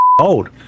old